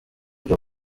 byo